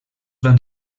van